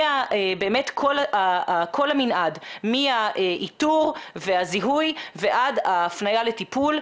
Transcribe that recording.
כל המנעד מהאיתור והזיהוי ועד ההפניה לטיפול,